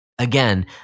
Again